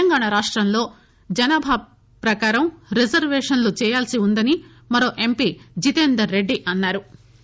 తెలంగాణ రాష్టంలో జనాభా ప్రకారం రిజర్వేషన్లు చేయాల్సి ఉందని మరో ఎంపీ జితేందర్ రెడ్డి అన్సారు